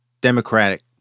Democratic